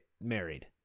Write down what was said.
married